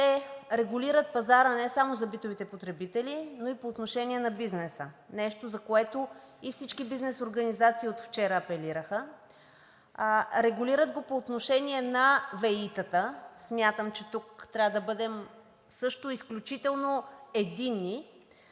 те регулират пазара не само за битовите потребители, но и по отношение на бизнеса – нещо, за което и всички бизнес организации от вчера апелираха. Регулират го по отношение на ВЕИ-тата. Смятам, че тук трябва да бъдем също изключително единни,